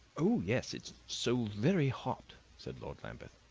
oh, yes it's so very hot, said lord lambeth.